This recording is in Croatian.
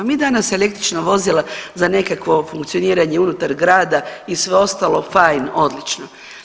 Mi danas električna vozila za nekakvo funkcioniranje unutar grada i sve ostalo, fine, odlično.